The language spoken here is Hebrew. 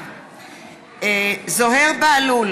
זוהיר בהלול,